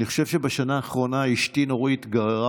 אני חושב שבשנה האחרונה אשתי נורית גררה